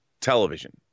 television